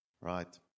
Right